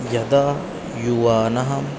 यदा युवानः